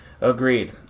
Agreed